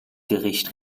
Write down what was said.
gericht